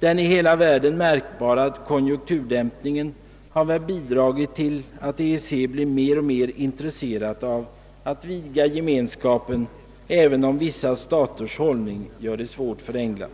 Den i hela världen märkbara konjunkturdämpningen har väl bidragit till att EEC blir mer och mer intresserat av att vidga gemenskapen, även om vissa staters hållning gör det svårt för England.